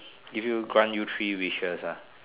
give you grant you three wishes ah